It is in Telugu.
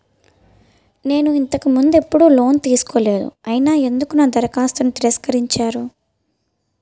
నేను ఇంతకు ముందు ఎక్కడ లోన్ తీసుకోలేదు అయినా ఎందుకు నా దరఖాస్తును తిరస్కరించారు?